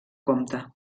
compte